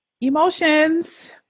emotions